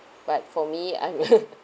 but for me I'm uh